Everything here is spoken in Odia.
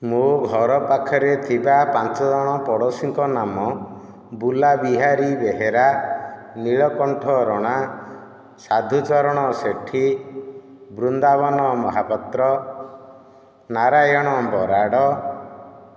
ମୋ' ଘର ପାଖରେ ଥିବା ପାଞ୍ଚ ଜଣ ପଡ଼ୋଶୀଙ୍କ ନାମ ବୁଲା ବିହାରୀ ବେହେରା ନୀଳ କଣ୍ଠ ରଣା ସାଧୁ ଚରଣ ସେଠି ବୃନ୍ଦାବନ ମହାପାତ୍ର ନାରାୟଣ ବରାଡ଼